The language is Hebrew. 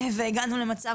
והגענו למצב,